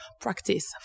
practice